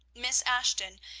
miss ashton,